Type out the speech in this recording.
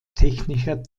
technischer